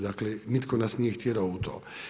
Dakle, nitko nas nije tjerao u to.